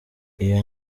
iyo